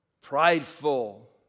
prideful